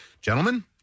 Gentlemen